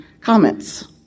comments